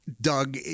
Doug